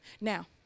Now